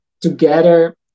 together